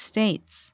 States